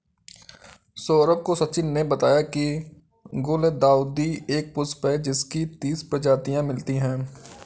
सौरभ को सचिन ने बताया की गुलदाउदी एक पुष्प है जिसकी तीस प्रजातियां मिलती है